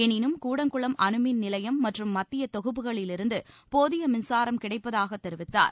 எளினும் கூடங்குளம் அனுமின் நிலையம் மற்றும் மத்திய தொகுப்புகளிலிருந்து போதிய மின்சாரம் கிடைப்பதாகக் தெரிவித்தார்